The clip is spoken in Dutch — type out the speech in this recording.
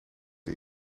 het